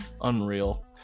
Unreal